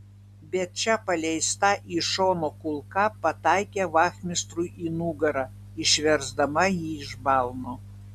bet čia paleista iš šono kulka pataikė vachmistrui į nugarą išversdama jį iš balno